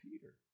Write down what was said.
Peter